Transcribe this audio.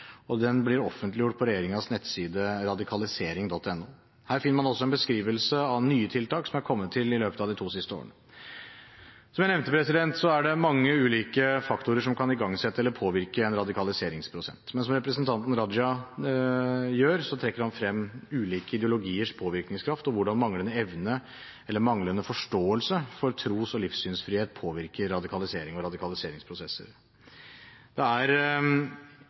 og den blir offentliggjort på regjeringens nettside radikalisering.no. Her finner man også en beskrivelse av nye tiltak som er kommet til i løpet av de to siste årene. Som jeg nevnte, er det mange ulike faktorer som kan igangsette eller påvirke en radikaliseringsprosess. Det representanten Raja gjør, er å trekke frem ulike ideologiers påvirkningskraft og hvordan manglende evne eller manglende forståelse for tros- og livssynsfrihet påvirker radikalisering og radikaliseringsprosesser. Det er